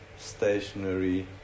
stationary